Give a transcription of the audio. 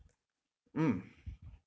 mm